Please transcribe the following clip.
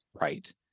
right